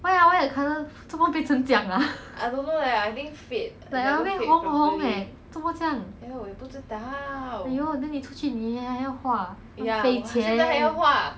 why ah why the colour 做么变成这样 ah like a bit 红红 eh 做么这样 !aiyo! then 你出去还要画浪费钱